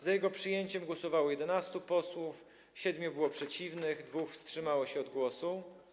Za jego przyjęciem głosowało 11 posłów, 7 było przeciwnych, 2 wstrzymało się od głosu.